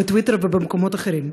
בטוויטר ובמקומות אחרים.